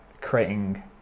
creating